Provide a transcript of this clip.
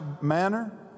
manner